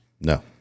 No